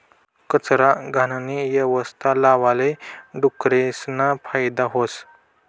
कचरा, घाणनी यवस्था लावाले डुकरेसना फायदा व्हस